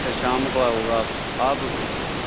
اچھا شام کو آؤ گے آپ آپ